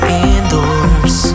indoors